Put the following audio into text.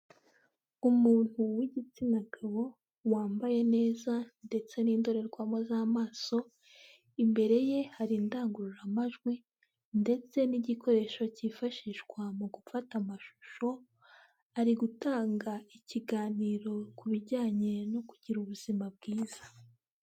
Umuntu w'igitsina gabo, wambaye neza ndetse n'indorerwamo z'amaso, imbere ye hari indangururamajwi ndetse n'igikoresho cyifashishwa mu gufata amashusho, ari gutanga ikiganiro ku bijyanye no kugira ubuzima bwiza.